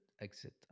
exit